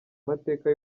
mateka